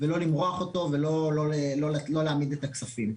לא למרוח אותו ולא להעמיד את הכספים.